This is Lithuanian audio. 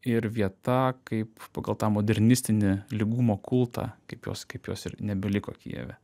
ir vieta kaip pagal tą modernistinį lygumo kultą kaip jos kaip jos ir nebeliko kijeve